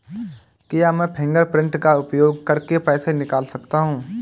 क्या मैं फ़िंगरप्रिंट का उपयोग करके पैसे निकाल सकता हूँ?